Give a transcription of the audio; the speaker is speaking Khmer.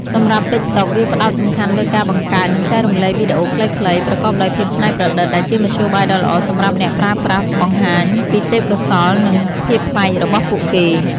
សម្រាប់ ទីកតុក វាផ្ដោតសំខាន់លើការបង្កើត និងចែករំលែកវីដេអូខ្លីៗប្រកបដោយភាពច្នៃប្រឌិត ដែលជាមធ្យោបាយដ៏ល្អសម្រាប់អ្នកប្រើប្រាស់បង្ហាញពីទេពកោសល្យ និងភាពប្លែករបស់ពួកគេ។